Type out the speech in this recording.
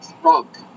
drunk